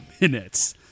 minutes